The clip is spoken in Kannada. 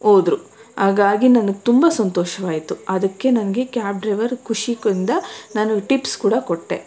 ಹೋದ್ರು ಹಾಗಾಗಿ ನನಗೆ ತುಂಬ ಸಂತೋಷವಾಯಿತು ಅದಕ್ಕೆ ನನಗೆ ಕ್ಯಾಬ್ ಡ್ರೈವರ್ ಖುಷಿಯಿಂದ ನಾನು ಟಿಪ್ಸ್ ಕೂಡ ಕೊಟ್ಟೆ